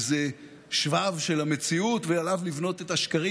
איזה שבב של המציאות, ועליו לבנות את השקרים.